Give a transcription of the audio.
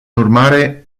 urmare